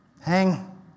hang